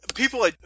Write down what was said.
People